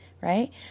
right